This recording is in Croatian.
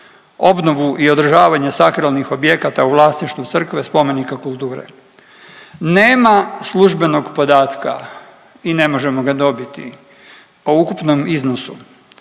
obnovu i održavanje sakralnih objekata u vlasništvu crkve i spomenika kulture. Nema službenog podatka i ne možemo ga dobiti o ukupnom iznosu